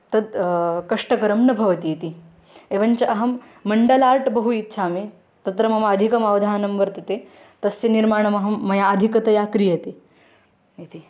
तत् कष्टकरं न भवति इति एवञ्च अहं मण्डलार्ट् बहु इच्छामि तत्र मम अधिकम् अवधानं वर्तते तस्य निर्माणमहं मया अधिकतया क्रियते इति